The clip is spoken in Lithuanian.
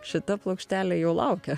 šita plokštelė jau laukė